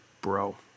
Bro